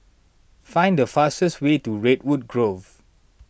find the fastest way to Redwood Grove